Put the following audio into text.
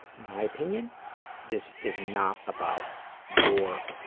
my opinion this is not about your,